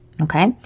okay